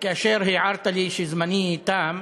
כאשר הערת לי שזמני תם,